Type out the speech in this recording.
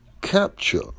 capture